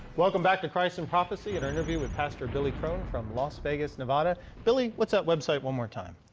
welcome back to christ in prophecy and our interview with pastor billy crone from las vegas, nevada. billy, what is that website one more time.